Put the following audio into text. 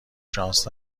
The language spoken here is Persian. شانس